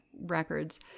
records